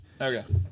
Okay